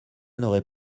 n’aurait